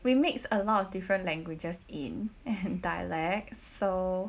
we mix a lot of different languages in and dialects so